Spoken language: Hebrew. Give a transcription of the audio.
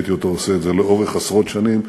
וראיתי אותו לאורך עשרות שנים,